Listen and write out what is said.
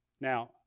Now